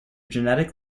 generic